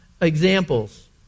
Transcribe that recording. examples